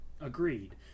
agreed